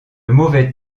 mauvais